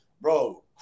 bro